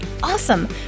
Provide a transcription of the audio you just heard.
awesome